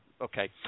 Okay